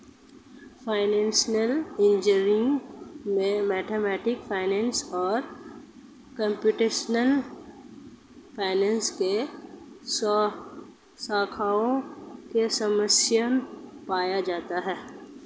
financial engineering में mathematical finance और computational finance की शाखाओं का सम्मिश्रण पाया जाता है